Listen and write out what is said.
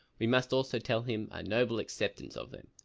we must also tell him our noble acceptance of them.